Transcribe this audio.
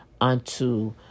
unto